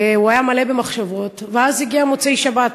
והוא היה מלא במחשבות, ואז הגיע מוצאי שבת,